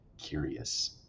curious